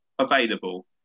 available